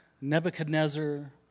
Nebuchadnezzar